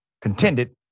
contended